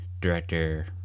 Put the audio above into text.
director